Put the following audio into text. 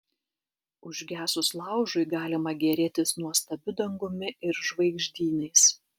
užgesus laužui galima gėrėtis nuostabiu dangumi ir žvaigždynais